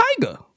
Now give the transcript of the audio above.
Tiger